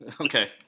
Okay